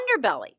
underbelly